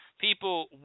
People